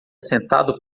sentado